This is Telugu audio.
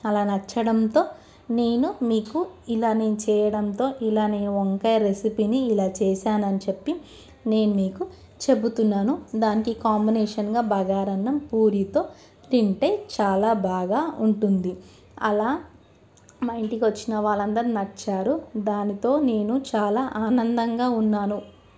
అలా నచ్చడంతో నేను మీకు ఇలా నేను చేయడంతో ఇలా నేను వంకాయ రెసిపీని ఇలా చేసానని చెప్పి నేను నీకు చెబుతున్నాను దానికి కాంబినేషన్గా బగారన్నం పూరితో తింటే చాలా బాగా ఉంటుంది అలా మా ఇంటికి వచ్చిన వాళ్ళందరూ నచ్చారు దానితో నేను చాలా ఆనందంగా ఉన్నాను